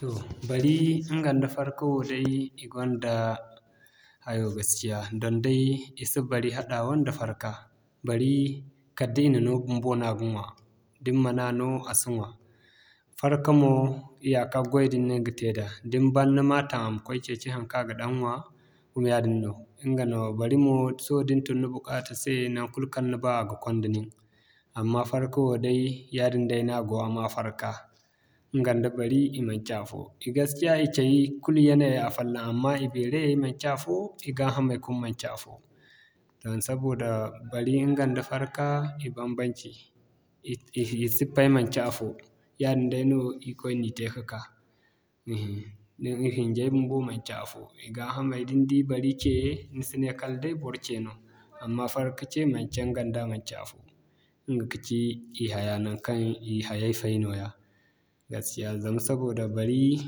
Toh barii, ɲga nda farka wo day, i gonda hayo gaskiya don day i si bari hadawa nda farka. Barii, kala da i na no bumbo no a ga ɲwa da ni ma na no a si ɲwa. Farka moo, iyaaka goydin no ni ga te da din ban ni ma taŋ a ma koy ceeci haŋkaŋ a ga daŋ ɲwa, ɲga yaadin no, ɲga no. Bari mo sohõ da ni tun ni bukaata se naŋkul kaŋ ni ba a ga kwanda nin. Amma farka wooday yaadin dayno a go a ma farka ɲga nda bari, i manci afo. I gaskiya i cay kulu yanayay afallaŋ amma i beerayay manci afo, i gaa hamay kuma manci afo. Don sabida bari ɲga nda farka, ibanbanci i siffay manci afo yaadin day no irkoy na i te ka'ka ihin. I hinjay bumbey manci afo i gaa hamay da ni di bari cee, ni si ne kala day boro ce no. Amma farka ce manci ɲga nda manci afo ɲga kaci i haya naŋkaŋ ihayay fay nooya gaskiya. Zama sabida barii